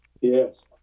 Yes